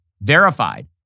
verified